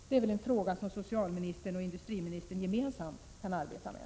Det är väl en fråga som socialministern och industriministern gemensamt kan arbeta med?